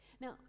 Now